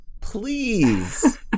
please